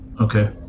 Okay